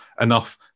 enough